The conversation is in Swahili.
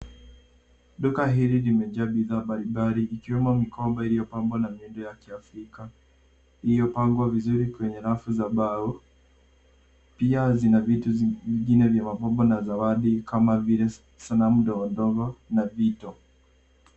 Duka hili limejaa bidhaa mbali mbali ikiwemo mikomba iliopambabwa nebo ya kiafrika iliopangwa vizuri kwenye rafu za mbao, pia sina vitu zingine vya mapomba na zawaidi kama vile sanamu ndogo ndogo na vito.